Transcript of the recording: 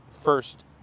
first